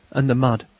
and the mud.